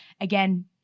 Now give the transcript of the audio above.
Again